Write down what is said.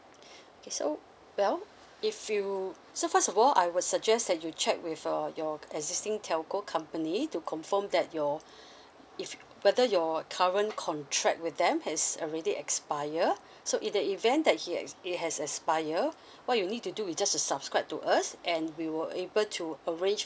okay so well if you so first of all I would suggest that you check with your your existing telco company to confirm that your if whether your current contract with them has already expire so in the event that it has it has expire what you need to do is just subscribe to us and we were able to arrange